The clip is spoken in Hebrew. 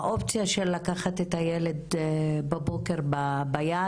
האופציה של לקחת את הילד בבוקר ביד